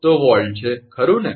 તો આ વોલ્ટ છે ખરું ને